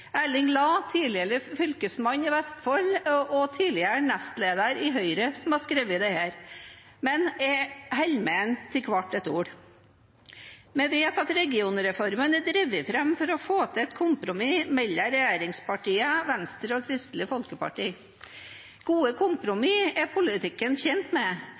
Erling Lae, tidligere fylkesmann i Vestfold og tidligere nestleder i Høyre, som har uttalt dette. Men jeg holder med ham i hvert eneste ord. Vi vet at regionreformen er drevet fram for å få til et kompromiss mellom regjeringspartiene, Venstre og Kristelig Folkeparti. Gode kompromisser er politikken kjent med,